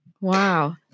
Wow